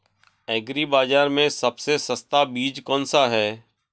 Agree बाज़ार में सबसे सस्ता बीज कौनसा है?